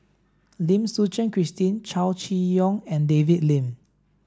Lim Suchen Christine Chow Chee Yong and David Lim